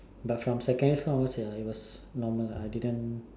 but from secondary school onwards ya it was normal I didn't